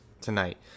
tonight